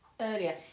earlier